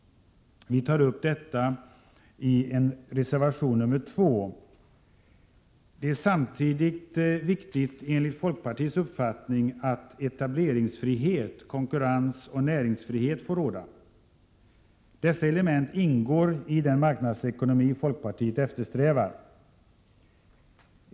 Vi tar upp detta i reservation 2. Det är samtidigt viktigt enligt folkpartiets uppfattning att etableringsfrihet, konkurrens och näringsfrihet får råda. Dessa element ingår i den marknadsekonomi folkpartiet eftersträvar.